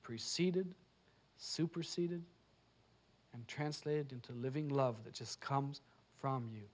preceded superceded and translated into a living love that just comes from you